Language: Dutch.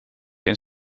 een